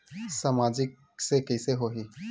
सामाजिक से कइसे होही?